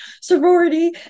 sorority